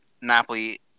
Napoli